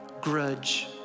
grudge